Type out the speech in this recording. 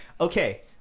Okay